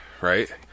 right